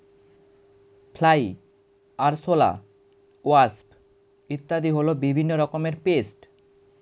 fly, আরশোলা, wasp ইত্যাদি হল বিভিন্ন রকমের পেস্ট